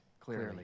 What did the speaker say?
clearly